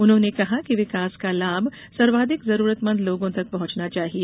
उन्होंने कहा कि विकास का लाम सर्वाधिक जरुरतमंद लोगों तक पहंचना चाहिए